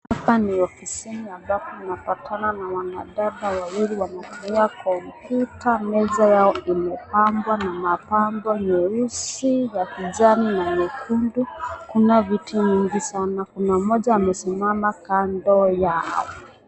Hapa ni ofisini ambapo unapatana na wanadada wawili wanatumia kompyuta. Meza yao imepambwa na mapambo nyeusi, ya kijani na nyekundu. Kuna viti vingi sana. Kuna mmoja amesimama kando yao.